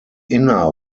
inner